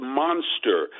monster